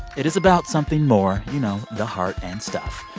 it is about something more you know, the heart and stuff.